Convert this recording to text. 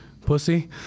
pussy